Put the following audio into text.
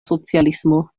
socialismo